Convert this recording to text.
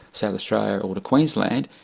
south australia, or to queensland,